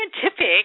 scientific